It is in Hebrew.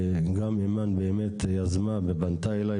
וגם אימאן באמת יזמה ופנתה אליי,